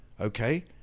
okay